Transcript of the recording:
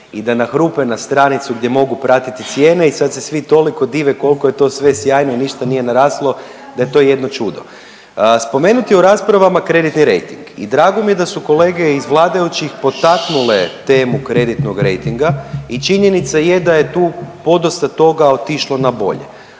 i da nahrupe na stranicu gdje mogu pratiti cijene i sad se svi toliko dive koliko je to sve sjajno i ništa nije naraslo da je to jedno čudo. Spomenuti u raspravama kreditni rejting i drago mi je da su kolege iz vladajućih potaknule temu kreditnog rejtinga i činjenica je da je tu podosta toga otišlo na bolje.